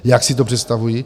Jak si to představují?